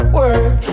work